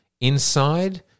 inside